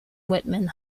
whitman